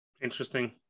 Interesting